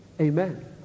Amen